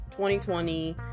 2020